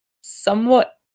somewhat